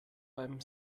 beim